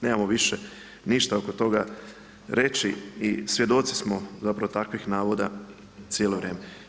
Nemamo više ništa oko toga reći i svjedoci smo zapravo takvih navoda cijelo vrijeme.